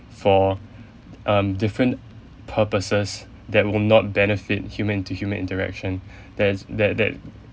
for um different purposes that will not benefit human to human interaction there's that that